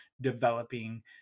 developing